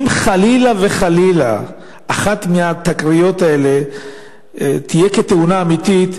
אם חלילה וחלילה אחת מהתקריות האלה תהיה כתאונה אמיתית,